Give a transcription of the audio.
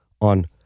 on